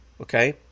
okay